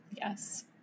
Yes